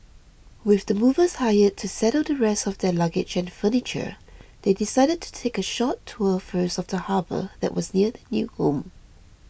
with the movers hired to settle the rest of their luggage and furniture they decided to take a short tour first of the harbour that was near their new home